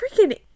Freaking